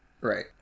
Right